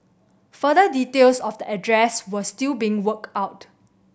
further details of the address were still being worked out